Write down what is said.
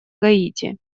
гаити